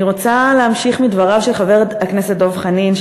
אני רוצה להמשיך מדבריו של חבר הכנסת דב חנין,